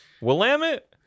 willamette